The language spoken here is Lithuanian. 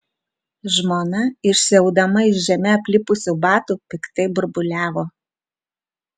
žmona išsiaudama iš žeme aplipusių batų piktai burbuliavo